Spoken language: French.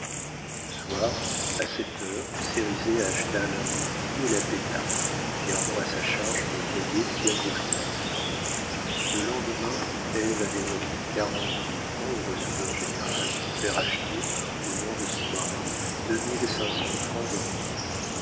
le soir à sept heures cérizet acheta l'imprimerie et la paya en gardant à sa charge le loyer du dernier trimestre le lendemain ève avait remis quarante mille francs au receveur-général pour faire acheter au nom de son mari